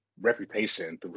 reputation